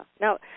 Now